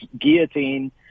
guillotine